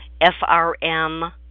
FRM